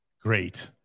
great